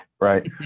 right